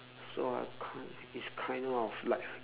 so I kind it's kind of like